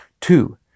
Two